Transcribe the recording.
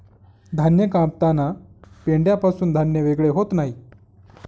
धान्य कापताना पेंढ्यापासून धान्य वेगळे होत नाही